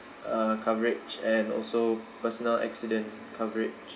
uh coverage and also personal accident coverage